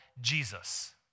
Jesus